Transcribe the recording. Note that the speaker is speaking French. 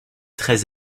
très